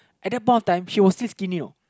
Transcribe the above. at the point of time she was still skinny know